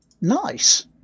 Nice